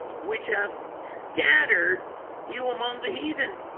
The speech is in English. which have scattered you among the heathen